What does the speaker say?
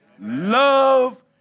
Love